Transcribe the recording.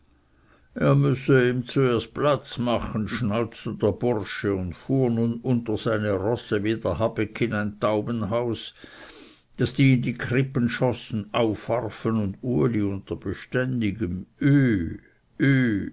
er müsse ihm zuerst platz machen schnauzte der bursche und fuhr nun unter seine rosse wie der habek in ein taubenhaus daß die in die krippe schossen aufwarfen und uli unter beständigem